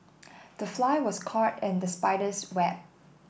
the fly was caught in the spider's web